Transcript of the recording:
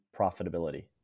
profitability